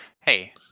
hey